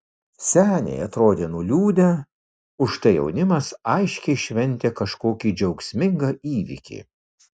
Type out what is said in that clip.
seniai atrodė nuliūdę užtai jaunimas aiškiai šventė kažkokį džiaugsmingą įvykį